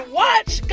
watch